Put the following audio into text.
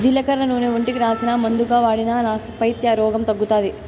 జీలకర్ర నూనె ఒంటికి రాసినా, మందుగా వాడినా నా పైత్య రోగం తగ్గుతాది